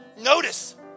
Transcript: Notice